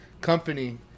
company